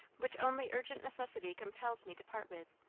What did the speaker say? which only urgent necessity compels me to part with,